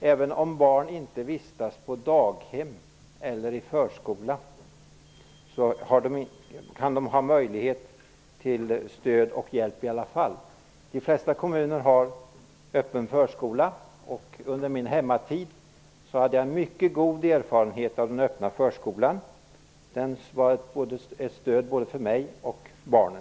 Även om barn inte vistas på daghem eller i förskola kan de ha möjlighet till stöd och hjälp i alla fall. De flesta kommuner har öppen förskola. Under min hemmatid hade jag mycket goda erfarenheter av den öppna förskolan. Den var ett stöd både för mig och för barnen.